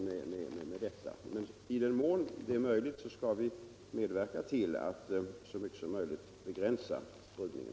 Vi skall emellertid i den mån detta är möjligt medverka till att begränsa spridningen.